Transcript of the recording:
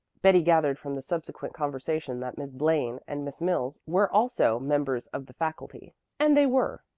betty gathered from the subsequent conversation that miss blaine and miss mills were also members of the faculty and they were.